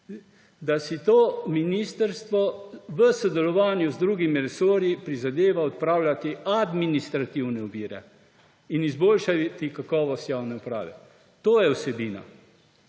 da si to ministrstvo v sodelovanju z drugimi resorji prizadeva odpravljati administrativne ovire in izboljšati kakovost javne uprave. To je vsebina.